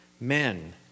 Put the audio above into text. Men